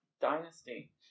dynasty